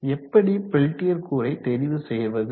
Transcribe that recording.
எப்படி பெல்டியர் கூறை தெரிவு செய்வது